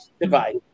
Goodbye